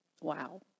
Wow